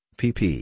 pp